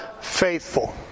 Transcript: faithful